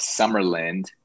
Summerland